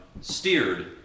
steered